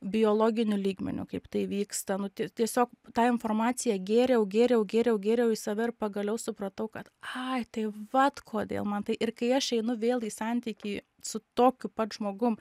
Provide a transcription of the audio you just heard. biologiniu lygmeniu kaip tai vyksta nu ti tiesiog tą informaciją gėriau gėriau gėriau gėriau į save ir pagaliau supratau kad ai tai vat kodėl man tai ir kai aš einu vėl į santykį su tokiu pat žmogum